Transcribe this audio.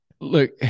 Look